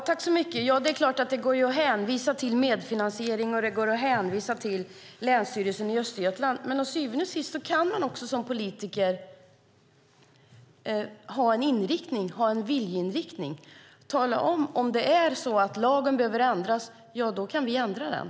Herr talman! Det är klart att det går att hänvisa till medfinansiering och Länsstyrelsen i Östergötland. Men till syvende och sist kan man också som politiker ha en viljeinriktning. Om det är så att lagen behöver ändras kan vi ändra den.